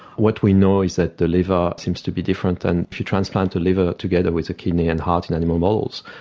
what we know is that the liver seems to be different and if you transplant a liver together with a kidney and heart in animal models,